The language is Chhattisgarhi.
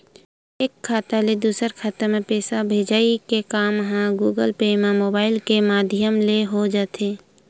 एक खाता ले दूसर खाता म पइसा के भेजई के काम ह गुगल पे म मुबाइल के माधियम ले हो जाथे